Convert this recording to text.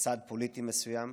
צד פוליטי מסוים.